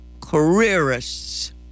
careerists